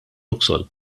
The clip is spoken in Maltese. luxol